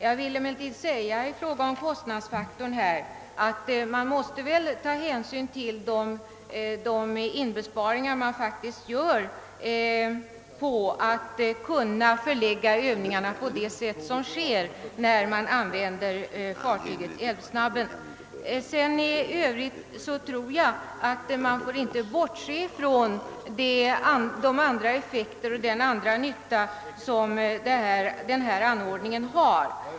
Jag vill emellertid beträffande kostnadsfaktorn säga att man måste ta hänsyn till de inbesparingar man faktiskt gör genom att kunna förlägga övningarna till fartyget Älvsnabben. Man får inte heller bortse från den nytta som detta arrangemang medför.